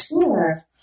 Sure